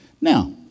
Now